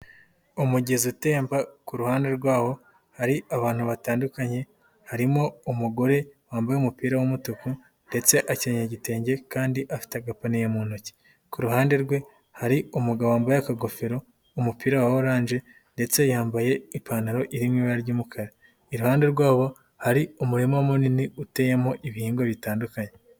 Umugezi utemba ku ruhande rwawo hari abantu batandukanye harimo umugore wambaye umupira w'umutuku ndetse akenyeye igitenge kandi afite agapaniye mu ntoki, ku ruhande rwe hari umugabo wambaye akagofero, umupira wa oranje ndetse yambaye ipantaro iri mu ibara ry'umukara, iruhande rwabo hari umurima munini uteyemo ibihingwa bitandukanye.